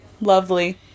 Lovely